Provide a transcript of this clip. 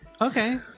okay